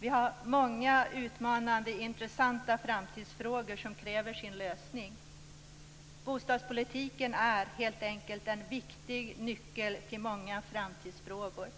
Vi har många utmanande intressanta framtidsfrågor som kräver sin lösning. Bostadspolitiken är helt enkelt en viktig nyckel till många framtidsfrågor.